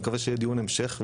אני מקווה שיהיה דיון המשך,